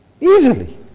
Easily